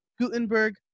Gutenberg